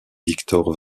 victor